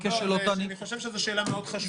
אני חושב שזו שאלה מאוד חשובה.